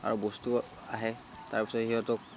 আৰু বস্তু আহে তাৰপিছত সিহঁতক